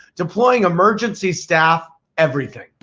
deploying emergency staff, everything.